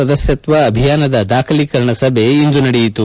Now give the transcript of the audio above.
ಸದಸ್ವತ್ವ ಅಭಿಯಾನದ ದಾಖಲೀಕರಣ ಸಭೆ ಇಂದು ನಡೆಯಿತು